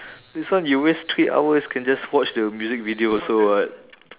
this one you waste three hours can just watch the music video also [what]